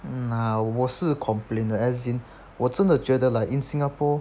no 我是 complain 的 as in 我真的觉得 like in singapore